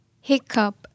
Hiccup